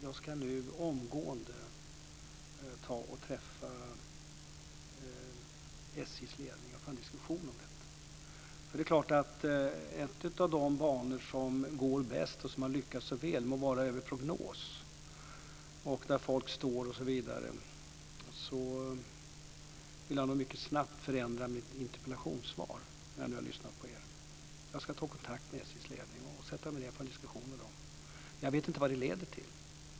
Jag ska nu omgående träffa SJ:s ledning och föra en diskussion om detta. En av dessa banor går bäst och har lyckats väl, må vara över prognos, folk få stå osv. Därför vill jag snabbt förändra mitt interpellationssvar. Jag ska ta kontakt med SJ:s ledning, sätta mig ned och föra en diskussion med dem. Jag vet inte vad den leder till.